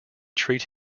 treat